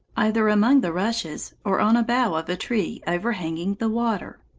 either among the rushes, or on a bough of a tree overhanging the water.